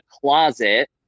closet